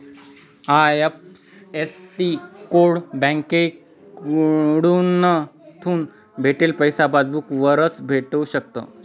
IFSC code बँककडथून भेटेल पैसा पासबूक वरच भेटू शकस